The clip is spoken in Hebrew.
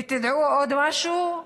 ותדעו עוד משהו,